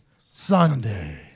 Sunday